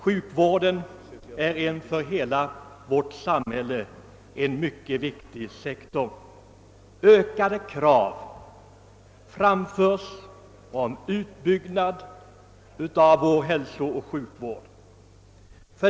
Sjukvården är en för hela vårt samhälle mycket viktig sektor. Ökade krav framförs om utbyggnad av vår hälsooch sjukvård.